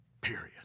Period